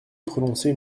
prononcer